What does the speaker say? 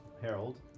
Harold